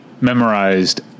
memorized